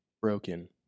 broken